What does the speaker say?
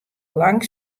lang